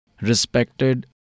Respected